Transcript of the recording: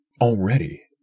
Already